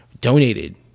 donated